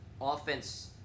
offense